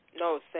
No